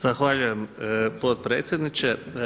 Zahvaljujem potpredsjedniče.